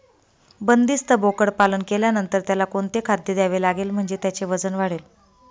बंदिस्त बोकडपालन केल्यानंतर त्याला कोणते खाद्य द्यावे लागेल म्हणजे त्याचे वजन वाढेल?